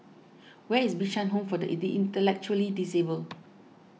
where is Bishan Home for the Intellectually Disabled